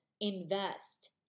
invest